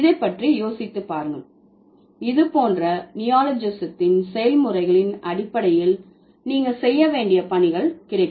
இதைப் பற்றி யோசித்துப் பாருங்கள் இதுபோன்ற நியோலாஜிசத்தின் செயல்முறைகளின் அடிப்படையில் நீங்கள் செய்ய வேண்டிய பணிகள் கிடைக்கும்